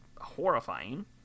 horrifying